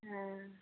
हँ